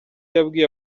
yabwiye